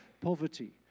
poverty